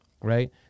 right